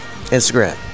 Instagram